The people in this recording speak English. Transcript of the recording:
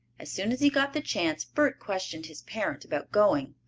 as soon as he got the chance bert questioned his parent about going.